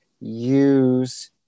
use